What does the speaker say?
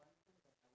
you don't know